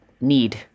need